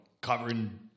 covering